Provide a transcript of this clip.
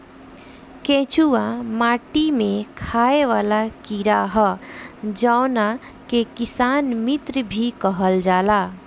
केचुआ माटी में खाएं वाला कीड़ा ह जावना के किसान मित्र भी कहल जाला